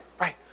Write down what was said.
right